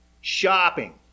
shopping